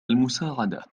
المساعدة